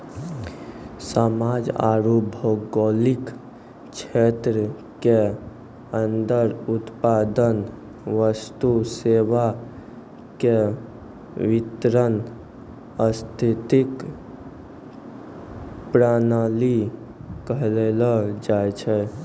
समाज आरू भौगोलिक क्षेत्र के अन्दर उत्पादन वस्तु सेवा के वितरण आर्थिक प्रणाली कहलो जायछै